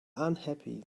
unhappy